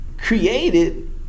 created